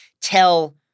tell